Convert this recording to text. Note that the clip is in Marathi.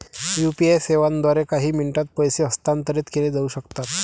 यू.पी.आई सेवांद्वारे काही मिनिटांत पैसे हस्तांतरित केले जाऊ शकतात